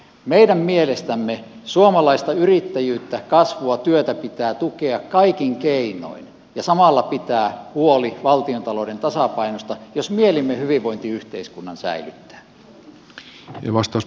meidän mielestämme suomalaista yrittäjyyttä kasvua työtä pitää tukea kaikin keinoin ja samalla pitää huoli valtiontalouden tasapainosta jos mielimme hyvinvointiyhteiskunnan säilyttää